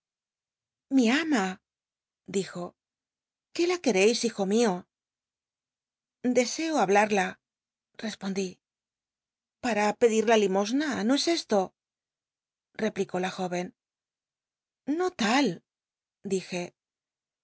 mi ama dijo qué la qucrcis hijo mio deseo hablarla respondí para pedida limosna no es es lo tcplicó la jóvcn no tal due